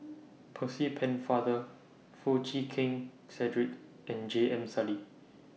Percy Pennefather Foo Chee Keng Cedric and J M Sali